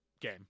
game